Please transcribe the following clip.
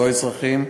לא אזרחים,